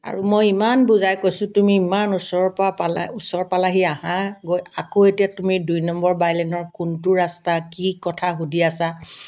আৰু মই ইমান বুজাই কৈছোঁ তুমি ইমান ওচৰৰ পৰা পালা ওচৰ পালাহি আহাঁ আকৌ এতিয়া তুমি দুই নম্বৰ বাইলেনৰ কোনটো ৰাস্তা কি কথা সুধি আছা